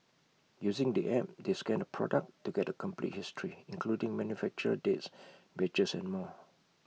using the app they scan the product to get A complete history including manufacturer dates batches and more